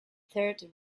third